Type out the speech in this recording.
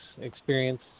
experience